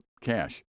cash